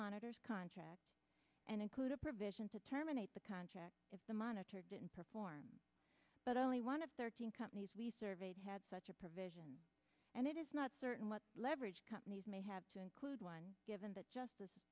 monitors contract and include a provision to terminate the contract if the monitor didn't perform but only one of thirteen companies we surveyed had such a provision and it is not certain what leverage companies may have to include one given but just